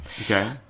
Okay